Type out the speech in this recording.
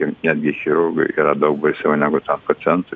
ir netgi chirurgui yra daug baisiau negu tam pacientui